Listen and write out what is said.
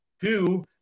two